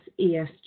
ESG